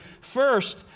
First